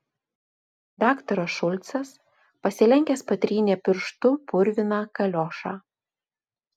daktaras šulcas pasilenkęs patrynė pirštu purviną kaliošą